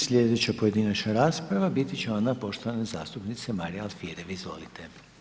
Slijedeća pojedinačna rasprava biti će on poštovane zastupnice Marije Alfirev, izvolite.